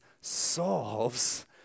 solves